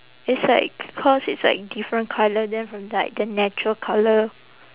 it's like cause it's like different colour than from like the natural colour